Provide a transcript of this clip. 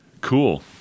Cool